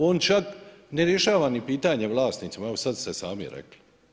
On čak ne rješava ni pitanje vlasnicima, evo to ste sad sami rekli.